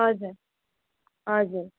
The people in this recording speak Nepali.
हजुर हजुर